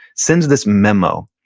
sends this memo.